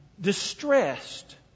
distressed